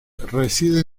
reside